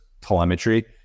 telemetry